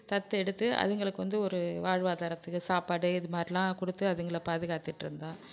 தத்தெடுத்து அதுங்களுக்கு வந்து ஒரு வாழ்வாதாரத்துக்கு சாப்பாடு இதுமாதிரிலாம் கொடுத்து அதுங்களை பாதுகாத்துட்டுருந்தோம்